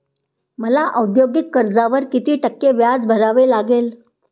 मला औद्योगिक कर्जावर किती टक्के व्याज भरावे लागेल?